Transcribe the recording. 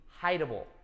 hideable